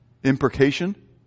imprecation